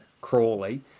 Crawley